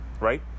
right